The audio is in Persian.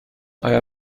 آیا